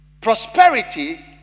prosperity